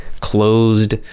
closed